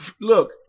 look